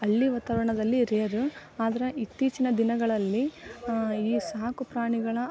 ಹಳ್ಳಿ ವಾತಾವರಣದಲ್ಲಿ ರೇರ್ ಆದ್ರೆ ಇತ್ತೀಚಿನ ದಿನಗಳಲ್ಲಿ ಈ ಸಾಕು ಪ್ರಾಣಿಗಳ